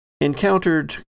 encountered